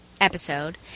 episode